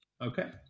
Okay